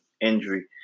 injury